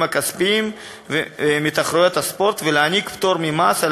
הכספיים לזוכים בתחרויות ספורט ולהעניק פטור ממס על